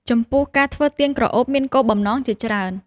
ចំពោះ ការធ្វើទៀនក្រអូបមានគោលបំណងជាច្រើន។